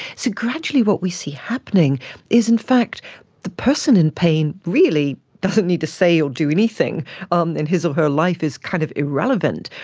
so gradually what we see happening is in fact the person in pain really doesn't need to say or do anything and his or her life is kind of irrelevant.